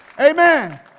Amen